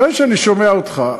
אחרי שאני שומע אותך,